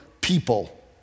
people